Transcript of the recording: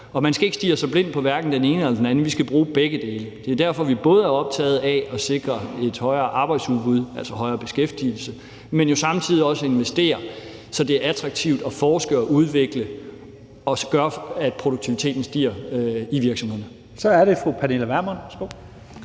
Man skal ikke stirre sig blind på hverken den ene eller den anden; vi skal bruge begge dele. Det er derfor, vi både er optagede af at sikre et højere arbejdsudbud, altså højere beskæftigelse, men jo samtidig også investerer, så det er attraktivt at forske og udvikle og gøre sådan, at produktiviteten stiger i virksomhederne. Kl. 10:38 Første næstformand